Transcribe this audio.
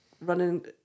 running